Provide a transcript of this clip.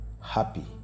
happy